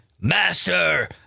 master